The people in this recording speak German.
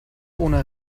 ohne